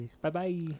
Bye-bye